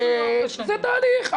זה תהליך.